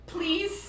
Please